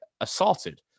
assaulted